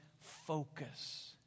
focus